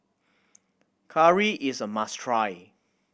curry is a must try